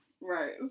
right